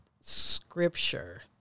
scripture